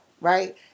right